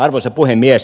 arvoisa puhemies